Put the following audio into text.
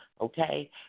okay